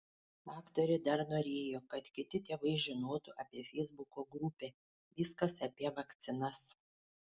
aktorė dar norėjo kad kiti tėvai žinotų apie feisbuko grupę viskas apie vakcinas